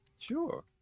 Sure